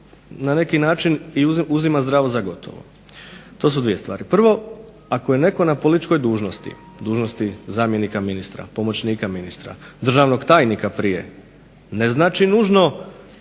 na neki način uzima zdravo za gotovo. To su dvije stvari. Prvo, ako je netko na političkoj dužnosti, dužnosti zamjenika ministra, pomoćnika ministra, državnog tajnika prije, ne znači nužno